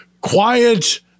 quiet